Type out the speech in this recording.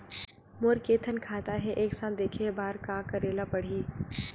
मोर के थन खाता हे एक साथ देखे बार का करेला पढ़ही?